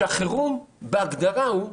כאשר החירום, בהגדרה, הוא: